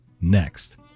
Next